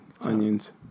onions